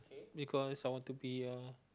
because I want to be a